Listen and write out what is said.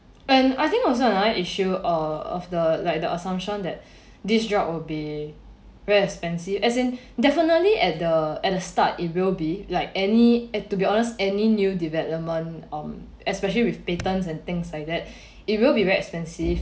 and I think also another issue uh of the like the assumption that this drug will be very expensive as in definitely at the at the start it will be like any to be honest any new development um especially with patents and things like that it will be very expensive